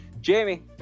Jamie